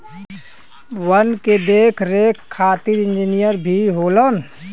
वन के देख रेख खातिर इंजिनियर भी होलन